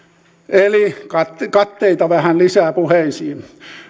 eli katteita vähän lisää puheisiin